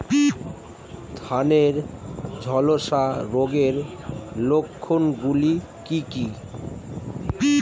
ধানের ঝলসা রোগের লক্ষণগুলি কি কি?